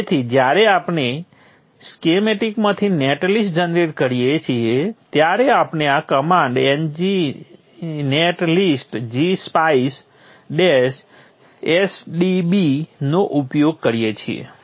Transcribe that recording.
તેથી જ્યારે આપણે સ્કીમેટિકમાંથી નેટ લિસ્ટ જનરેટ કરીએ છીએ ત્યારે આપણે આ command g net list g spice s d b નો ઉપયોગ કરીએ છીએ